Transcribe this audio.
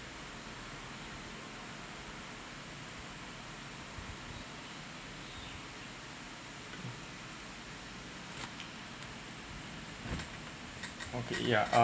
okay yeah uh